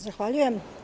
Zahvaljujem.